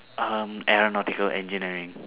um aeronautical engineering